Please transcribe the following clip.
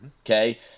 Okay